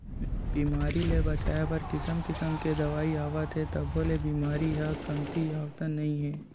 बेमारी ले बचाए बर किसम किसम के दवई आवत हे तभो ले बेमारी ह कमतीयावतन नइ हे